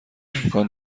امکان